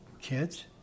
kids